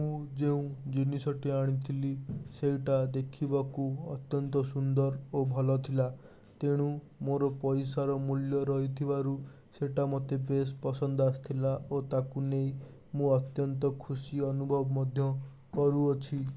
ମୁଁ ଯେଉଁ ଜିନିଷଟି ଆଣିଥିଲି ସେଇଟା ଦେଖିବାକୁ ଅତ୍ୟନ୍ତ ସୁନ୍ଦର ଓ ଭଲ ଥିଲା ତେଣୁ ମୋର ପଇସାର ମୂଲ୍ୟ ରହିଥିବାରୁ ସେଟା ମୋତେ ବେଶ୍ ପସନ୍ଦ ଆସିଥିଲା ଓ ତାକୁ ନେଇ ମୁଁ ଅତ୍ୟନ୍ତ ଖୁସି ଅନୁଭବ ମଧ୍ୟ କରୁଅଛି